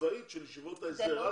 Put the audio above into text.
צבאית של ישיבות ההסדר.